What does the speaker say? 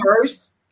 first